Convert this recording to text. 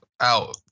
out